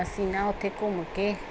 ਅਸੀਂ ਨਾ ਉੱਥੇ ਘੁੰਮ ਕੇ